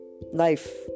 life